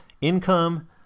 income